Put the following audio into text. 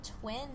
twin